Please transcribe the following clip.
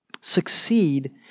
succeed